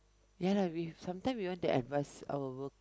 ya lah we sometime we want to advise our work